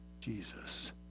Jesus